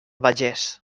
vallès